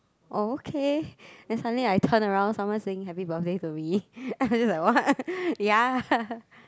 oh okay then suddenly I turn around someone singing happy birthday to me I just like what ya